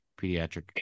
pediatric